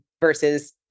versus